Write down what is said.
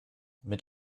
mit